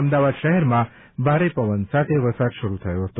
અમદાવાદ શહેરમાં ભારે પવન સાથે વરસાદ શરૂ થયો છે